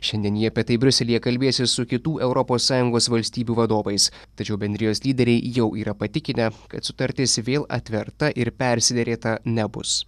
šiandien ji apie tai briuselyje kalbėsis su kitų europos sąjungos valstybių vadovais tačiau bendrijos lyderiai jau yra patikinę kad sutartis vėl atverta ir persiderėta nebus